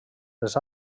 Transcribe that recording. les